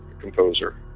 composer